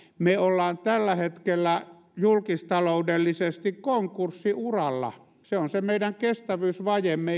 me olemme tällä hetkellä julkistaloudellisesti konkurssiuralla se on se meidän kestävyysvajeemme